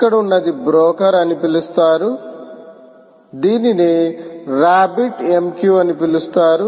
ఇక్కడ ఉన్నది బ్రోకర్ అని పిలుస్తారు దీనిని రాబ్బిట్ MQ అని పిలుస్తారు